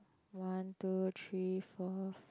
one two three four